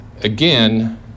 again